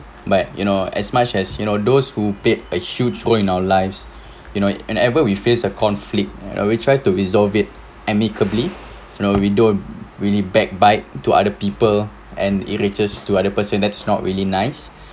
but you know as much as you know those who play a huge role in our lives you know and ever we face a conflict ya we try to resolve it amicably no we don't really back bite to other people and elates to other person that's not really nice